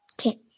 okay